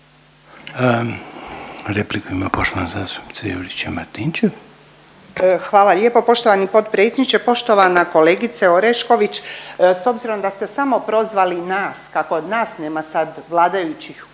**Juričev-Martinčev, Branka (HDZ)** Hvala lijepo poštovani potpredsjedniče. Poštovana kolegice Orešković, s obzirom da ste samo prozvali nas, kako od nas nema sad vladajućih u